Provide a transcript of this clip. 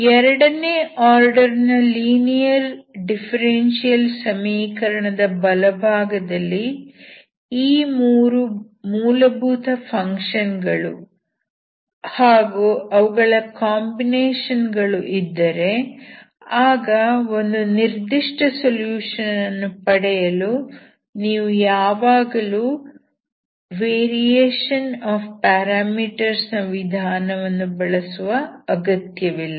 ಎರಡನೇ ಆರ್ಡರ್ ನ linear differential ಸಮೀಕರಣದ ಬಲಭಾಗದಲ್ಲಿ ಈ ಮೂರು ಮೂಲಭೂತ ಫಂಕ್ಷನ್ ಗಳು ಹಾಗೂ ಅವುಗಳ ಕಾಂಬಿನೇಷನ್ ಗಳು ಇದ್ದರೆ ಆಗ ಒಂದು ನಿರ್ದಿಷ್ಟ ಸೊಲ್ಯೂಷನ್ ಅನ್ನು ಪಡೆಯಲು ನಿಮಗೆ ಯಾವಾಗಲೂ ವೇರಿಯೇಷನ್ ಆಫ್ ಪ್ಯಾರಾಮೀಟರ್ಸ್ ನ ವಿಧಾನವನ್ನು ಬಳಸುವ ಅಗತ್ಯವಿಲ್ಲ